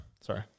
sorry